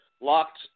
locked